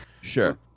Sure